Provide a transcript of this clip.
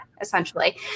essentially